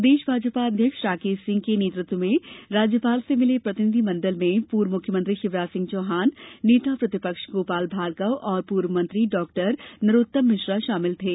प्रदेश भाजपा अध्यक्ष राकेश सिंह के नेतत्व में राज्यपाल से मिले प्रतिनिधि मंडल में पूर्व मुख्यमंत्री शिवराज सिंह चौहान नेता प्रतिपक्ष गोपाल भार्गव और पूर्व मंत्री डॉ नरोत्तम मिश्रा शामिल थे